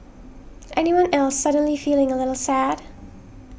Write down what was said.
anyone else suddenly feeling a little sad